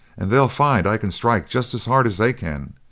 and they'll find i can strike just as hard as they can,